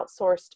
outsourced